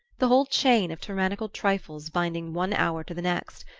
the whole chain of tyrannical trifles binding one hour to the next,